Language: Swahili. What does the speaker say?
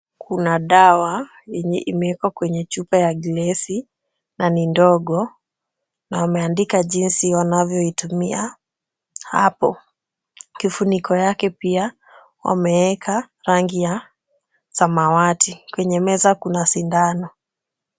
Kuna dawa yenye imeekwa kwenye chupa ya gilesi na ni ndogo, na ameandika jinsi wanavyoitumia. Hapo. Kifuniko yake pia wameweka rangi ya samawati. Kwenye meza kuna sindano.